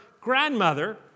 grandmother